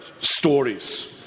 stories